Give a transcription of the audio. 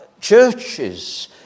churches